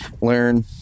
learn